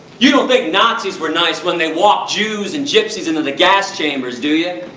you don't think nazis were nice when they walked jews and gypsies into the gas chambers, do you?